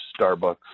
Starbucks